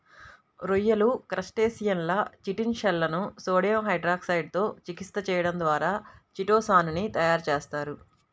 రొయ్యలు, క్రస్టేసియన్ల చిటిన్ షెల్లను సోడియం హైడ్రాక్సైడ్ తో చికిత్స చేయడం ద్వారా చిటో సాన్ ని తయారు చేస్తారు